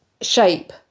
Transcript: shape